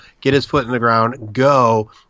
get-his-foot-in-the-ground-go